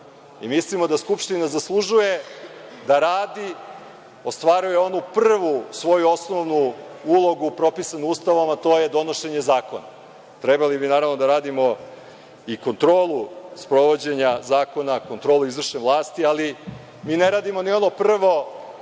i mislimo da Skupština zaslužuje da radi, ostvaruje onu prvu svoju osnovnu ulogu propisanu Ustavom, a to je donošenje zakona. Trebali bi naravno da radimo i kontrolu sprovođenja zakona, kontrolu izvršne vlasti, ali mi ne radimo ni ono prvo,